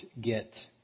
get